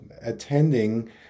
attending